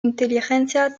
inteligencia